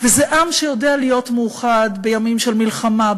וזה עם שיודע להיות מאוחד בימים של מלחמה,